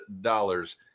dollars